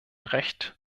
recht